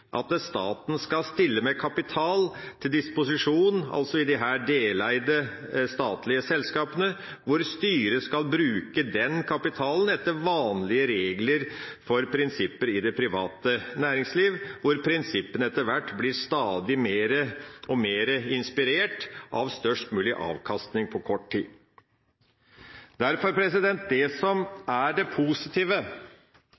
at staten skal stille kapital til disposisjon for disse deleide statlige selskapene, hvor styret skal bruke den kapitalen etter vanlige regler for prinsipper i det private næringsliv, hvor prinsippene etter hvert blir stadig mer og mer inspirert av størst mulig avkastning på kort tid. Det som er det positive – og det ligger meg veldig sterkt på hjertet – som